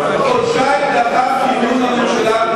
חודשיים לאחר כינון הממשלה,